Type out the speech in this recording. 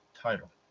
title